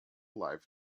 life